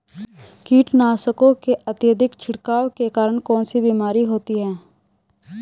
कीटनाशकों के अत्यधिक छिड़काव के कारण कौन सी बीमारी होती है?